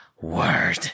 word